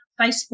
Facebook